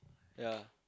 ya